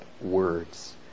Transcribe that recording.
words